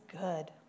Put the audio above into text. good